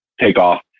takeoff